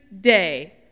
day